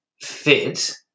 fit